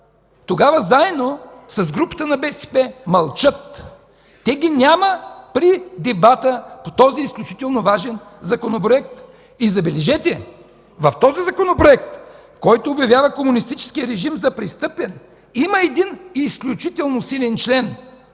Тогава заедно с групата на БСП мълчат – няма ги при дебата по този изключително важен законопроект. Забележете, в този законопроект, който обявява комунистическия режим за престъпен, има един изключително силен член,